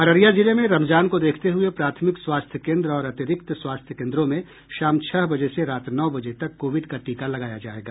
अररिया जिले में रमजान को देखते हुये प्राथमिक स्वास्थ्य केन्द्र और अतिरिक्त स्वास्थ्य कोन्द्रों में शाम छह बजे से रात नौ बजे तक कोविड का टीका लगाया जायेगा